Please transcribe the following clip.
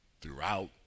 throughout